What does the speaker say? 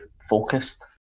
focused